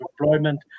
employment